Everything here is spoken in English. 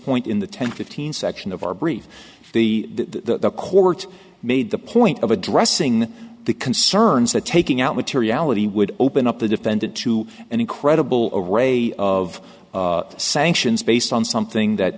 point in the ten fifteen section of our brief the the court made the point of addressing the concerns that taking out materiality would open up the defendant to an incredible of ray of sanctions based on something that